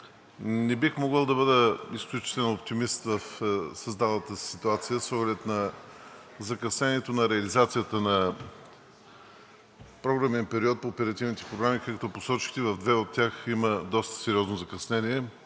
не бих могъл да бъда изключителен оптимист в създалата се ситуация с оглед на закъснението на реализацията на програмния период по оперативните програми. Както посочихте, в две от тях има доста сериозно закъснение